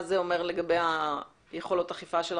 מה זה אומר לגבי יכולת האכיפה שלכם?